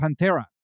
Pantera